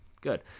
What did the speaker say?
good